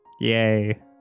Yay